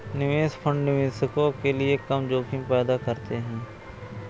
निवेश फंड निवेशकों के लिए कम जोखिम पैदा करते हैं